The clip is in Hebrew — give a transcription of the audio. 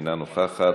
אינה נוכחת,